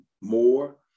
more